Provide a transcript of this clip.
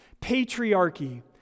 patriarchy